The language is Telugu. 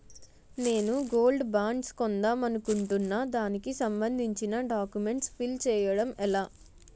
నేను గోల్డ్ బాండ్స్ కొందాం అనుకుంటున్నా దానికి సంబందించిన డాక్యుమెంట్స్ ఫిల్ చేయడం ఎలా?